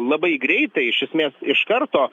labai greitai iš esmės iš karto